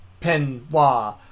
penwa